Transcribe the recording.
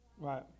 Right